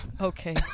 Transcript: Okay